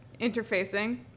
interfacing